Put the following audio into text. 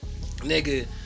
Nigga